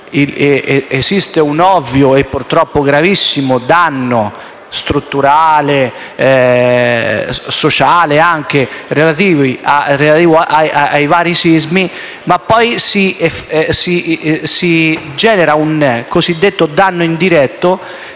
esiste un ovvio e purtroppo gravissimo danno strutturale e sociale prodotto dai vari sismi, ma poi si genera un cosiddetto danno indiretto,